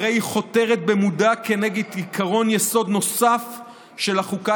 הרי היא חותרת במודע כנגד עקרון יסוד נוסף של החוקה